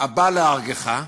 אבל אני אומר לך שגם